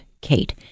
Kate